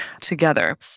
together